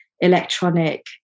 electronic